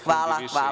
Hvala.